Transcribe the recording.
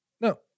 no